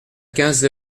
quinze